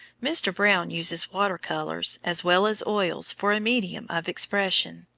mr. brown uses water colors, as well as oils, for a medium of expression,